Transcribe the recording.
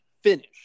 finish